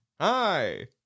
Hi